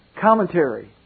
commentary